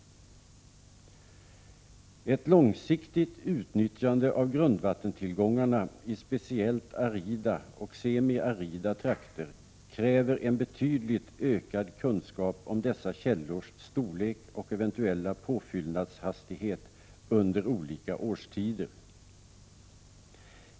Ett långsiktigt utnyttjande av grundvattenstillgångarna i speciellt arida och semiarida trakter kräver en betydligt ökad kunskap om dessa källors storlek och eventuella påfyllnadshastighet under olika årstider.